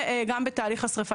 זה גם בתהליך השריפה.